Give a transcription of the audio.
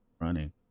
running